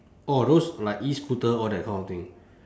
orh those like E scooter all that kind of thing